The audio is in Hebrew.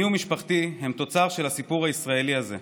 אני ומשפחתי הם תוצר של הסיפור הישראלי הזה.